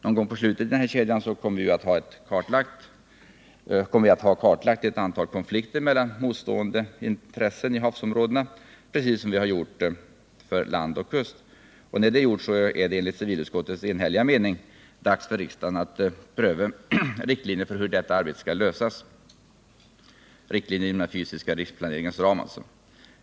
Någon gång i slutet av den här kedjan kommer vi att ha kartlagt ett antal konflikter mellan motstående intressen i havsområdena, precis som vi gjort för land och kust. När det är gjort är det enligt civilutskottets enhälliga mening dags att riksdagen prövar riktlinjer för hur detta skall lösas — riktlinjer inom den fysiska riksplaneringens ram.